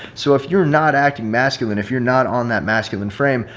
so if you're not acting masculine, if you're not on that masculine frame,